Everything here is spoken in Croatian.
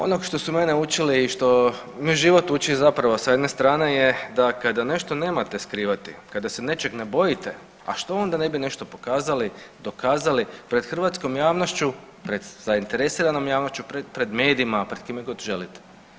Ono što su mene učili i što me život uči zapravo sa jedne strane je da kada nešto nemate skrivati, kada se nečeg ne bojite, a što onda ne bi nešto pokazali, dokazali pred hrvatskom javnošću, pred zainteresiranom javnošću, pred medijima, pred kimegod želite?